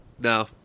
No